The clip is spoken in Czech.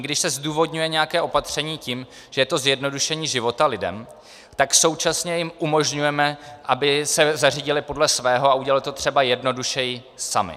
Když se zdůvodňuje nějaké opatření tím, že je to zjednodušení života lidem, tak současně jim umožňujeme, aby se zařídili podle svého a udělali to třeba jednodušeji sami.